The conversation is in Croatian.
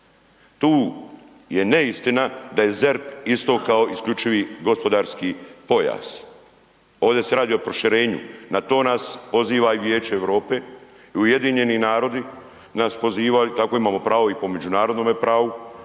Tu je neistina da je ZERP isto kao isključivi gospodarski pojas. Ovdje se radi o proširenju. Na to nas poziva i Vijeće EU i UN nas pozivaju, tako imamo pravo i po međunarodnome pravu,